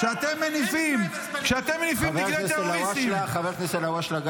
כשאתם מניפים דגלי טרוריסטים -- חבר הכנסת אלהואשלה,